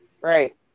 right